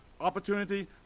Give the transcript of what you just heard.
opportunity